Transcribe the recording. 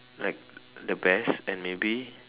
like the best and maybe